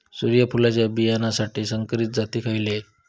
सूर्यफुलाच्या बियानासाठी संकरित जाती खयले?